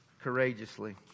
courageously